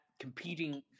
competing